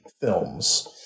films